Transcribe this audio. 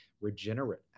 regenerate